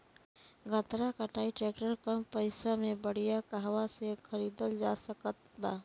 गन्ना कटाई ट्रैक्टर कम पैसे में बढ़िया कहवा से खरिदल जा सकत बा?